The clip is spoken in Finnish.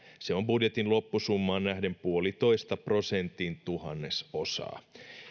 se on budjetin loppusummaan nähden puolitoista prosentin tuhannesosaa